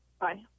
Bye